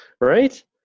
right